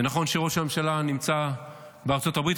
זה נכון שראש הממשלה נמצא בארצות הברית,